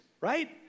right